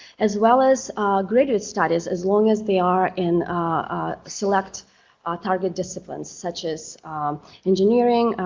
as well as graduate studies as long as they are in select target disciplines, such as engineering,